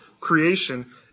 creation